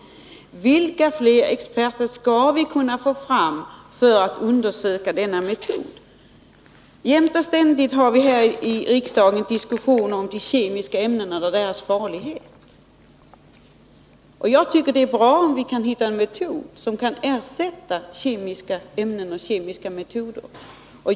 Vilka fler experter skall vi kunna få fram för att undersöka denna metod? Jämt och ständigt har vi här i riksdagen diskussioner om de kemiska ämnena och deras farlighet. Jag tycker att det är bra om vi kan hitta ett sätt att ersätta kemiska ämnen och kemiska metoder.